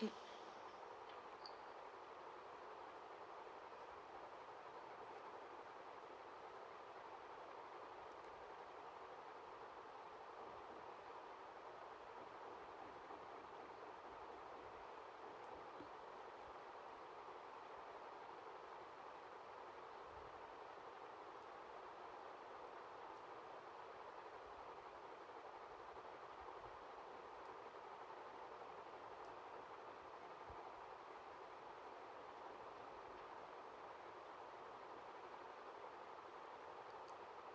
mm